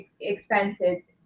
expenses